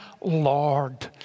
Lord